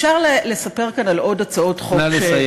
אפשר לספר כאן על עוד הצעות חוק שנחקקו,